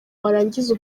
warangiza